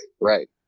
Right